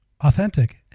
Authentic